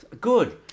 Good